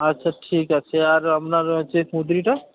আচ্ছা ঠিক আছে আর আপনার হচ্ছে কুঁদরিটা